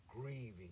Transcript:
grieving